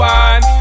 one